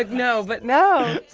like no. but no